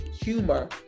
humor